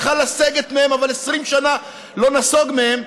יכול היה לסגת מהם אבל 20 שנה לא נסוג מהם,